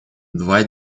два